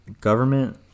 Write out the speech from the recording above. government